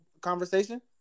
conversation